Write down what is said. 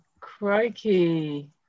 crikey